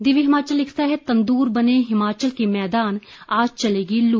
दिव्य हिमाचल लिखता है तंदूर बने हिमाचल के मैदान आज चलेगी लू